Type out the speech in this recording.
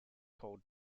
called